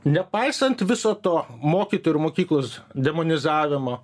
nepaisant viso to mokytojų ir mokyklos demonizavimo